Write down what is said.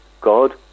God